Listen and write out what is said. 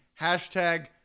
hashtag